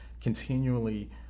continually